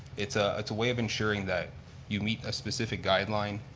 it's ah it's a way of ensuring that you meet a specific guideline.